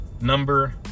Number